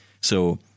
So-